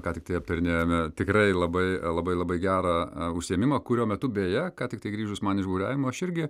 ką tik tai aptarinėjome tikrai labai labai labai gerą užsiėmimą kurio metu beje ką tik tai grįžus man iš buriavimo aš irgi